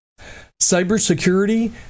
Cybersecurity